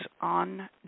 on